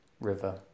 river